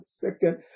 Second